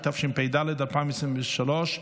התשפ"ד 2023,